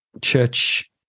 church